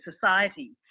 society